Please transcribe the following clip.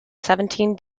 seventeen